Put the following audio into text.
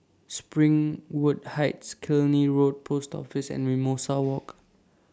Springwood Heights Killiney Road Post Office and Mimosa Walk